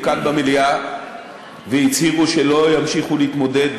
כאן במליאה ואשר הצהירו שלא ימשיכו להתמודד